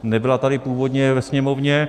Nebyla tady původně ve Sněmovně.